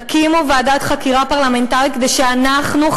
תקימו ועדת חקירה פרלמנטרית כדי שאנחנו,